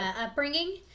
upbringing